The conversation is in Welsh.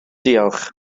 diolch